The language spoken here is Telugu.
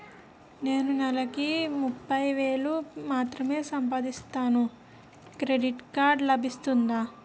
నేను నెల కి ముప్పై వేలు మాత్రమే సంపాదిస్తాను క్రెడిట్ కార్డ్ లభిస్తుందా?